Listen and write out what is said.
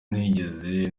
ntigeze